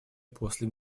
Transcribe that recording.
после